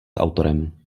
autorem